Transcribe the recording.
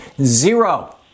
Zero